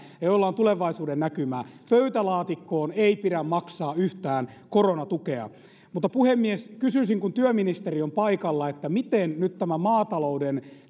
ja joilla on tulevaisuudennäkymää pöytälaatikkoon ei pidä maksaa yhtään koronatukea puhemies kysyisin kun työministeri on paikalla millainen nyt tämä maatalouden